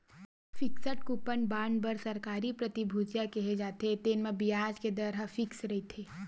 fixed coupon bond बर सरकारी प्रतिभूतिया केहे जाथे, तेन म बियाज के दर ह फिक्स रहिथे